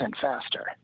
faster